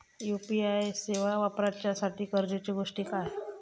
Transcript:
UPI सेवा वापराच्यासाठी गरजेचे गोष्टी काय?